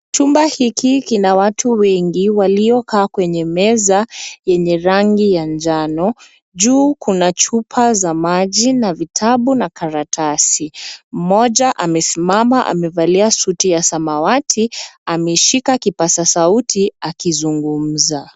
Chumba hiki kina watu wengi waliokaa kwenye meza yenye rangi ya njano. Juu kuna chupa za maji na vitabu na karatasi. Mmoja amesimama amevalia suti ya samawati ameshika kipaza sauti akizungumza.